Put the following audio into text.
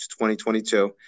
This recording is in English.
2022